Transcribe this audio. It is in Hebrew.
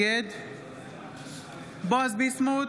נגד בועז ביסמוט,